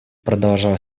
продолжал